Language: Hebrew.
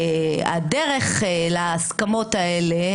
הדרך להסכמות האלה,